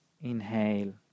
Inhale